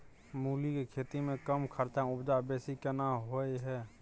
मूली के खेती में कम खर्च में उपजा बेसी केना होय है?